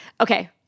Okay